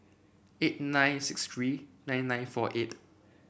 eight nine six three nine nine four eight